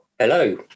Hello